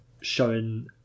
showing